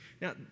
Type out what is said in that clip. Now